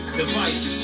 device